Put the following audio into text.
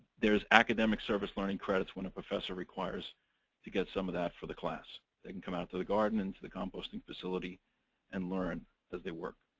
there's academic service learning credits when a professor requires to get some of that for the class. they can come out to the garden and to the composting facility and learn as they work.